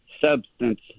substance